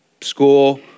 school